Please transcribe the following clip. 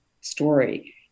story